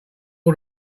all